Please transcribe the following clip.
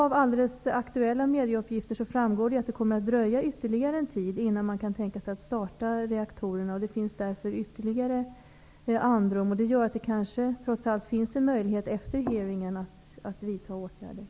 Av aktuella mediauppgifter framgår att det kommer att dröja ytterligare en tid innan man kan tänka sig att starta reaktorerna. Det finns därför ytterligare andrum. Det gör att det kanske trots allt finns en möjlighet att vidta åtgärder efter hearingen.